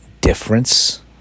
difference